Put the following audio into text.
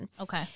Okay